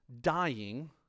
dying